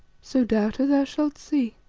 so, doubter, thou shalt see.